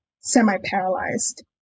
semi-paralyzed